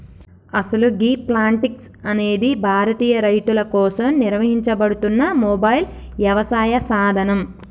అసలు గీ ప్లాంటిక్స్ అనేది భారతీయ రైతుల కోసం నిర్వహించబడుతున్న మొబైల్ యవసాయ సాధనం